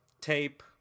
tape